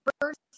first